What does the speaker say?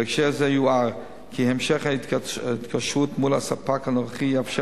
בהקשר זה יוער כי המשך התקשרות עם הספק הנוכחי יאפשר